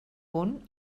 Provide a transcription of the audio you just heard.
punt